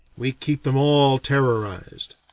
we keep them all terrorized.